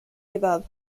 edad